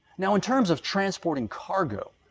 now in terms of transporting cargo,